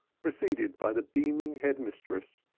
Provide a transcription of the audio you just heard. preceded by the beaming head mistress